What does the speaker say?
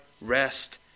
rest